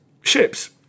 ships